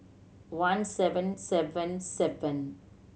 one seven seven seven